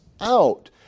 out